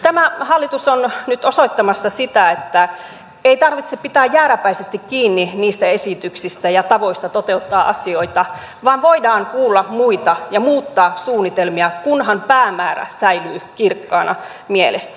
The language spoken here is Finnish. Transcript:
tämä hallitus on nyt osoittamassa sitä että ei tarvitse pitää jääräpäisesti kiinni niistä esityksistä ja tavoista toteuttaa asioita vaan voidaan kuulla muita ja muuttaa suunnitelmia kunhan päämäärä säilyy kirkkaana mielessä